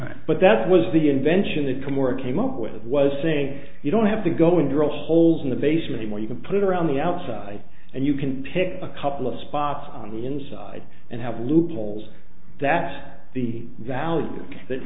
it but that was the invention that can work came up with was saying you don't have to go in drill holes in the basement where you can put it around the outside and you can pick a couple of spots on the inside and have loopholes that the value that